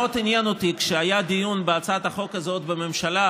כשהיה דיון בהצעת החוק הזאת בממשלה